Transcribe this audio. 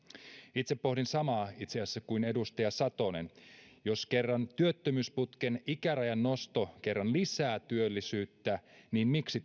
itse pohdin itse asiassa samaa kuin edustaja satonen jos työttömyysputken ikärajan nosto kerran lisää työllisyyttä niin miksi